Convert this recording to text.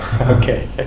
Okay